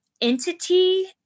entity